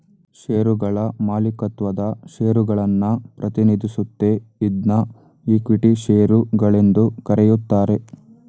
ಶೇರುಗಳ ಮಾಲೀಕತ್ವದ ಷೇರುಗಳನ್ನ ಪ್ರತಿನಿಧಿಸುತ್ತೆ ಇದ್ನಾ ಇಕ್ವಿಟಿ ಶೇರು ಗಳೆಂದು ಕರೆಯುತ್ತಾರೆ